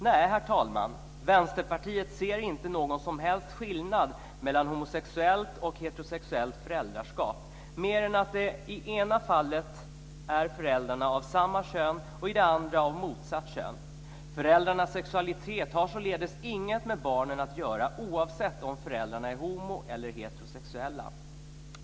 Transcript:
Nej, herr talman, Vänsterpartiet ser inte någon som helst skillnad mellan homosexuellt och heterosexuellt föräldraskap, mer än att i det ena fallet är föräldrarna av samma kön och i det andra av motsatt kön. Föräldrarnas sexualitet har således inget med barnen att göra oavsett om föräldrarna är homo eller heterosexuella.